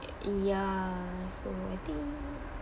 ya so I think